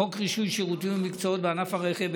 חוק רישוי שירותים ומקצועות בענף הרכב,